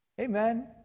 Amen